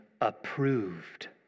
approved